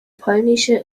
polnische